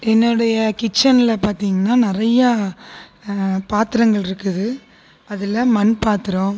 என்னோடைய கிச்சேனில் பார்த்தீங்கன்னா நிறைய பாத்திரங்கள் இருக்குது அதில் மண் பாத்திரம்